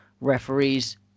referees